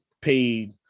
paid